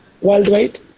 worldwide